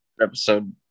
episode